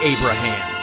Abraham